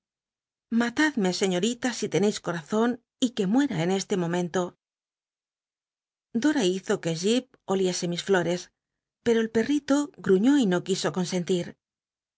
me señorita si tencis corazon y que muera en este momento dora hizo que j ip oliese mis llores pero el perritó gruñó y no quiso consentir